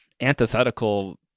antithetical